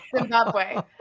Zimbabwe